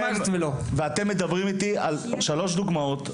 ואתם מדברים איתי על שלוש דוגמאות,